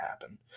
happen